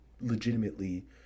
legitimately